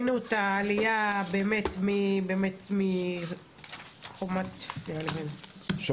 עכשיו כשראינו את העלייה בעקבות שומר